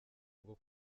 rwo